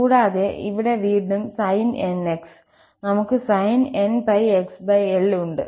കൂടാതെ ഇവിടെ വീണ്ടും sin 𝑛𝑥 നമുക്ക് sin 𝑛𝜋𝑥𝐿 ഉണ്ട്